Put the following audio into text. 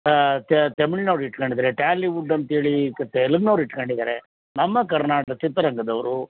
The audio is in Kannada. ತ್ಯಾ ತಮಿಳ್ನವ್ರು ಇಟ್ಕೊಂಡಿದಾರೆ ಟ್ಯಾಲಿವುಡ್ ಅಂತೇಳಿ ತೆಲಗ್ನವ್ರು ಇಟ್ಕೊಂಡಿದಾರೆ ನಮ್ಮ ಕರ್ನಾಟಕ ಚಿತ್ರರಂಗದವ್ರು